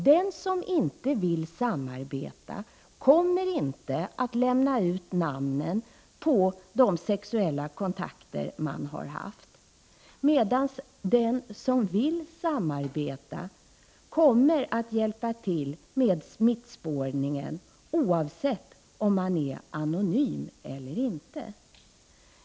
Den som inte vill samarbeta kommer inte att lämna ut namnen på de sexuella kontakter man har haft, medan den som vill samarbeta kommer att hjälpa till med smittspårningen, oavsett om man är anonym eller inte.